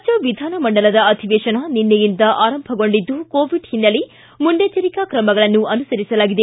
ರಾಜ್ಯ ವಿಧಾನಮಂಡಲ ಅಧಿವೇತನದ ನಿನ್ನೆಯಿಂದ ಆರಂಭಗೊಂಡಿದ್ದು ಕೋವಿಡ್ ಹಿನ್ನೆಲೆ ಮುನ್ನೆಚ್ಚರಿಕಾ ತ್ರಮಗಳನ್ನು ಅನುಸರಿಸಲಾಗಿದೆ